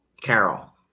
Carol